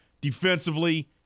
Defensively